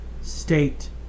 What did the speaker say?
state